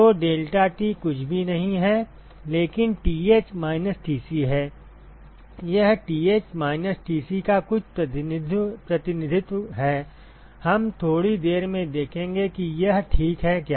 तो डेल्टाT कुछ भी नहीं है लेकिन Th माइनस Tc है यह Th माइनस Tc का कुछ प्रतिनिधित्व है हम थोड़ी देर में देखेंगे कि यह ठीक है क्या